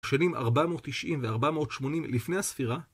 שנים 490 ו-480 לפני הספירה